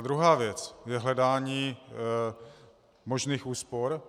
Druhá věc je hledání možných úspor.